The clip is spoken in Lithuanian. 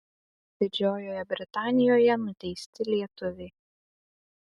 didžiojoje britanijoje nuteisti lietuviai